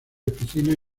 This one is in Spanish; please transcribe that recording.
oficinas